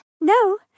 No